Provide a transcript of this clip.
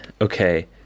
Okay